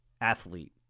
athlete